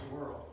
world